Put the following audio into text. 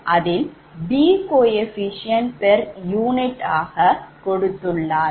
அதில் B குணகம் per unit ஆக கொடுத்துள்ளார்கள்